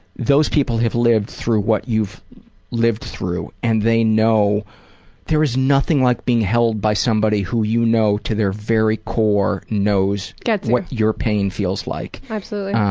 those people have lived through what you've lived through and they know there is nothing like being held by somebody who you know to their very core knows. gets it. what your pain feels like. absolutely.